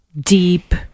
deep